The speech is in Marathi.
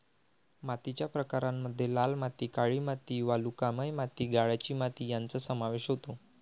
मातीच्या प्रकारांमध्ये लाल माती, काळी माती, वालुकामय माती, गाळाची माती यांचा समावेश होतो